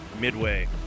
Midway